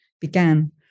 began